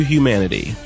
Humanity